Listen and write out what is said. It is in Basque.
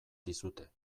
dizute